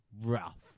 rough